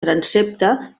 transsepte